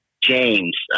James